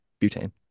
butane